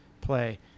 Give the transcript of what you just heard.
play